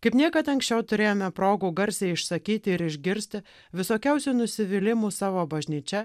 kaip niekad anksčiau turėjome progų garsiai išsakyti ir išgirsti visokiausių nusivylimų savo bažnyčia